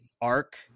arc